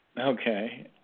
Okay